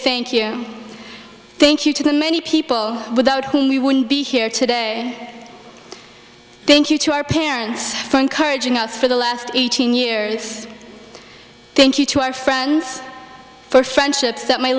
thank you thank you to the many people without whom we wouldn't be here today thank you to our parents for encouraging us for the last eighteen years thank you to our friends for friendships that my